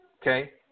Okay